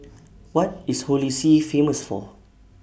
What IS Holy See Famous For